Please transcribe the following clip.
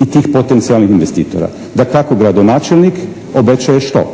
i tih potencijalnih investitora. Dakako gradonačelnik obećaje što?